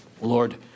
Lord